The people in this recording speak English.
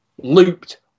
looped